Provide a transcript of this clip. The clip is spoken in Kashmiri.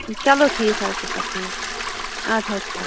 چلو ٹھیٖک حظ چھُ سَر ٹھیٖک چھُ اَدٕ حظ چل